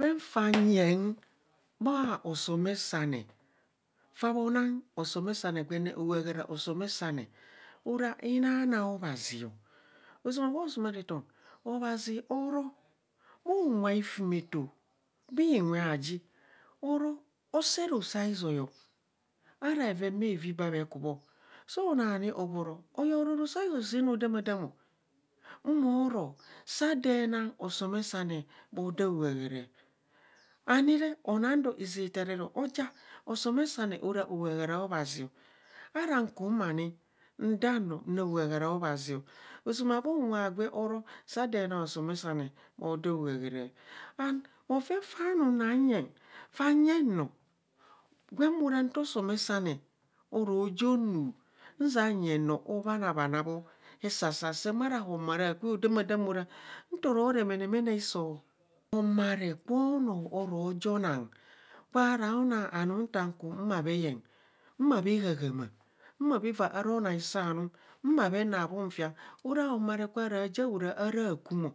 Bo bha yen bho somasane, fa bhonang osome sane gwen ne. ohahara osome ara inana obhazi, ozama bho somarethan obhazi oro bhunwe aifumeto bhinwe aji aro asse roso izaio ara bhevenbhavi babhe kubho sao naa ani obhoro. aye aro rosa izai saam rodaa madam mo. moo ro saa dee nang osomesane bho daojahaa. ani re anang doo aza ero oja asiomesane ora ohahorea obhazi o ara kumani nndaa nro, nra ohaharaa abhazio ozama bhu nwqe aagwe oro, saa dee na osomesa ne bho da ahahara ana bhoven faa anum naa yeng fanyeng noo gwem ara nto somesane oro jo nu nzia nyemg noo obhanabhana bho hesasa seem ara homara kwe ho damaadam ara nto ro remene mene iso. amera kwo onoo oro jo nang kwaraa naa anu nta kum ma yeng ma bha hạạhạạmạạ. ma bha vaa aro noo aiso aanum ma bhe naa mfiang ara homera kwara ja ora aras amera aakwumo.